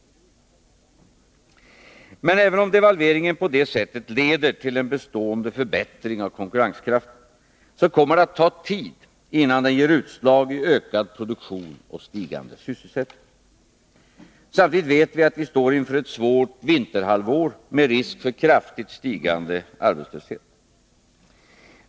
Men även om devalveringen på det sättet leder till en bestående förbättring av konkurrenskraften, kommer det att ta tid innan den ger utslag i ökad produktion och stigande sysselsättning. Samtidigt vet vi att vi står inför ett svårt vinterhalvår med risk för kraftigt stigande arbetslöshet.